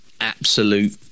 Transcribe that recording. absolute